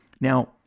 Now